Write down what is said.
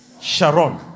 Sharon